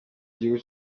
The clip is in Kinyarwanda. gihugu